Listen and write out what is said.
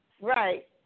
right